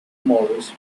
morris